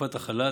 בתקופת החל"ת,